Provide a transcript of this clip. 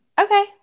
Okay